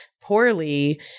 poorly